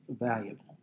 valuable